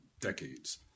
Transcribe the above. decades